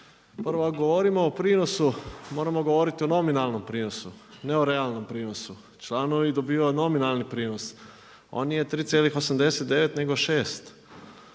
Ako govorimo o prinosu moramo govoriti o nominalnom prinosu, ne o realnom prinosu. Članovi dobivaju nominalni prinos. On nije 3,89 nego 6.